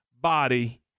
body